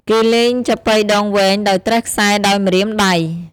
គេលេងចាប៉ីដងវែង ដោយត្រេះខ្សែដោយម្រាមដៃ។